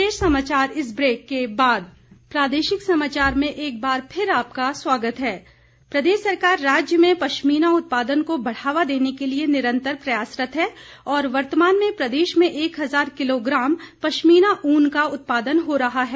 वीरेंद्र कंवर प्रदेश सरकार राज्य में पश्मीना उत्पादन को बढ़ावा देने के लिए निरंतर प्रयासरत है और वर्तमान में प्रदेश में एक हजार किलोग्राम पश्मीना ऊन का उत्पादन हो रहा है